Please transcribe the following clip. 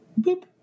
boop